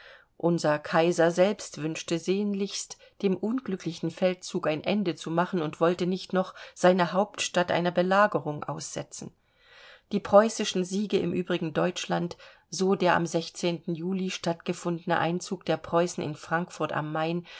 unser kaiser selbst wünschte sehnlichst dem unglücklichen feldzug ein ende zu machen und wollte nicht noch seine hauptstadt einer belagerung aussetzen die preußischen siege im übrigen deutschland so der am juli stattgefundene einzug der preußen in frankfurt am